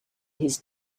his